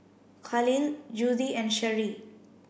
Khalil Judi and Sherri